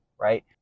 right